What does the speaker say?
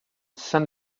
send